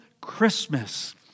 Christmas